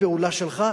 לפעולה שלך,